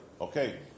Okay